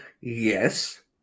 yes